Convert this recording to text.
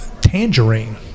tangerine